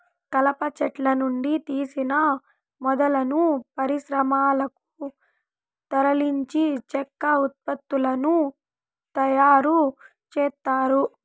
కలప చెట్ల నుండి తీసిన మొద్దులను పరిశ్రమలకు తరలించి చెక్క ఉత్పత్తులను తయారు చేత్తారు